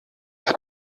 hat